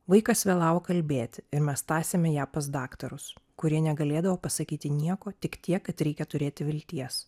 vaikas vėlavo kalbėti ir mes tąsėme ją pas daktarus kurie negalėdavo pasakyti nieko tik tiek kad reikia turėti vilties